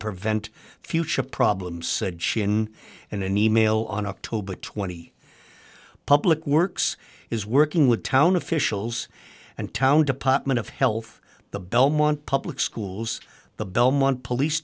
prevent future problems said she in an e mail on october twenty public works is working with town officials and town department of health the belmont public schools the belmont police